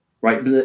right